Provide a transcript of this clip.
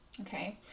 okay